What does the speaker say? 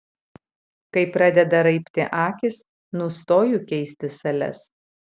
kai pradeda raibti akys nustoju keisti sales